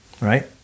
right